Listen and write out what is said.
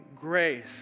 grace